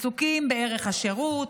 עסוקים בערך השירות,